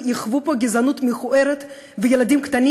יחוו פה גזענות מכוערת וילדים קטנים